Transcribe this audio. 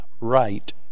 right